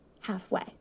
halfway